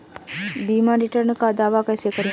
बीमा रिटर्न का दावा कैसे करें?